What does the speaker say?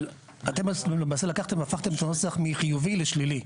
אבל אתם למעשה לקחתם והפכתם את הנוסח מחיובי לשלילי.